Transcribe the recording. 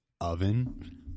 oven